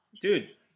Dude